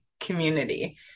community